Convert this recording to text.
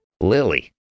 Lily